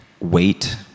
WAIT